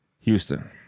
Houston